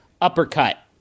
uppercut